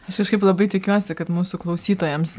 aš kažkaip labai tikiuosi kad mūsų klausytojams